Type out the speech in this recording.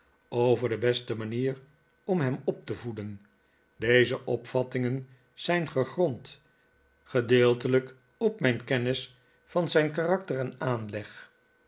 over de beste mahier om hem op te voeden deze opvattingen zijn gegrond gedeeltelijk op mijn kennis van zijn karakter en aanleg